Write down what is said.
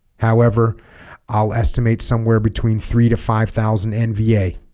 however i'll estimate somewhere between three to five thousand nva